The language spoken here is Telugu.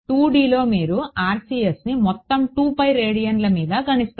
కాబట్టి 2Dలో మీరు RCSని మొత్తం రేడియన్ల మీద గణిస్తారు